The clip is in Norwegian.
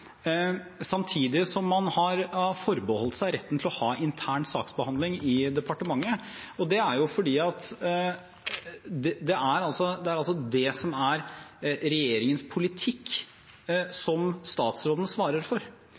samtidig som man har forbeholdt seg retten til å ha intern saksbehandling i departementet. Det er fordi det er det som er regjeringens politikk, som statsråden svarer for.